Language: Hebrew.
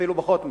אפילו פחות מזה.